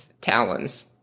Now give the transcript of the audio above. talons